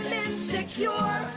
insecure